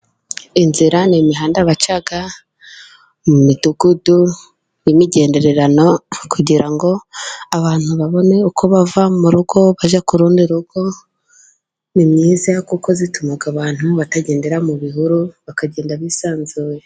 Inzira ni imihanda baca mu midugudu n'imigendererano kugira ngo abantu babone uko bava mu rugo, bajya ku rundi rugo. Ni myiza kuko ituma abantu batagendera mu bihuru, bakagenda bisanzuye.